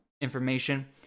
information